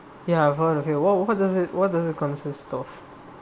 ya I've heard of it what what does it what does it consist of